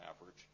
average